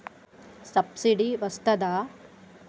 Subsidy వస్తదా?